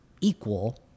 equal